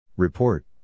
Report